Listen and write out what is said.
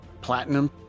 platinum